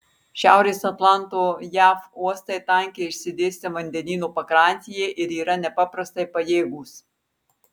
šiaurės atlanto jav uostai tankiai išsidėstę vandenyno pakrantėje ir yra nepaprastai pajėgūs